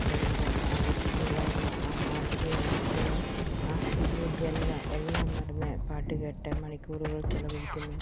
വരുമ്പോൾ ആ വ്യക്തിക്കുണ്ടാകുന്ന ആ മാധുരിത അവസ്ഥയെ ആസ്വദിക്കുന്ന ജനത എല്ലാം മറന്ന് പാട്ടു കേട്ട് മണിക്കൂറുകൾ ചിലവഴിക്കുന്നു